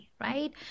right